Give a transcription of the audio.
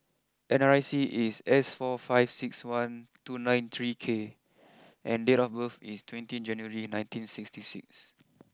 N R I C is S four five six one two nine three K and date of birth is twenty January nineteen sixty six